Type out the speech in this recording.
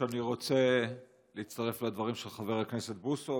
אני רוצה להצטרף לדברים של חבר הכנסת בוסו,